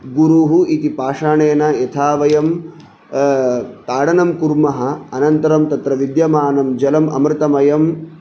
गुरुः इति पाषाणेन यथा वयं ताडनं कुर्मः अनन्तरं तत्र विद्यमानं जलम् अमृतमयम्